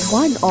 one